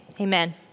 Amen